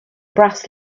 brass